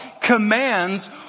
commands